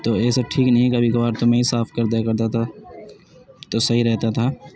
تو یہ سب ٹھیک نہیں ہے کبھی کبھار تو میں ہی صاف کر دیا کرتا تھا تو صحیح رہتا تھا